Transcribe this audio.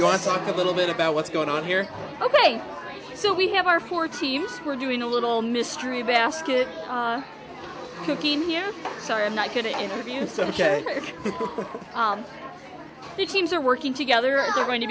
you want to talk a little bit about what's going on here ok so we have our four teams we're doing a little mystery basket cooking here sorry i'm not going to interview you said ok the teams are working together and they're going to